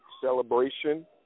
Celebration